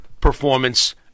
performance